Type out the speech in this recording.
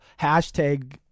hashtag